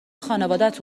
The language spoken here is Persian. خانوادت